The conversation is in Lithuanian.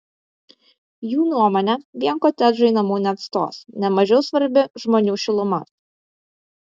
jų nuomone vien kotedžai namų neatstos ne mažiau svarbi žmonių šiluma